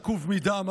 העקוב מדם,